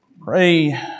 Pray